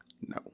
no